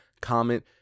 comment